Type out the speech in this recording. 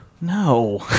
No